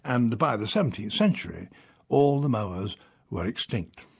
and by the seventeenth century all the moas were extinct.